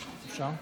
אפשר?